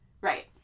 Right